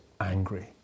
angry